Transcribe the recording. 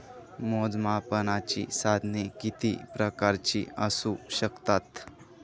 मोजमापनाची साधने किती प्रकारची असू शकतात?